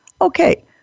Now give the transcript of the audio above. Okay